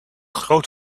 groot